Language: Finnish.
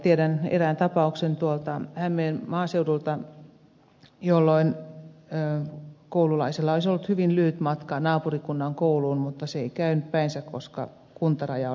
tiedän erään tapauksen hämeen maaseudulta jossa koululaisella olisi ollut hyvin lyhyt matka naapurikunnan kouluun mutta se ei käynyt päinsä koska kuntaraja oli esteenä